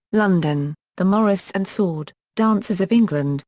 london the morris and sword dances of england